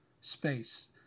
space